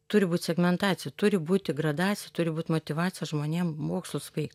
turi būt segmentacija turi būti gradacija turi būt motyvacija žmonėm mokslus baigt